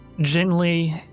gently